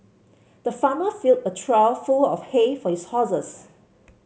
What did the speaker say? the farmer filled a trough full of hay for his horses